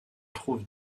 trouve